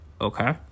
Okay